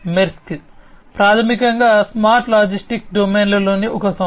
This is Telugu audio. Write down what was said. మెర్స్క్ ప్రాథమికంగా స్మార్ట్ లాజిస్టిక్స్ డొమైన్లోని ఒక సంస్థ